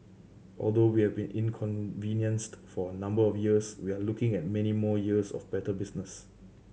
although we have been inconvenienced for a number of years we are looking at many more years of better business